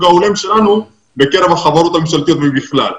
ההולם שלנו בקרב החברות הממשלתיות ובכלל,